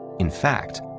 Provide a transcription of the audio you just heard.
in fact,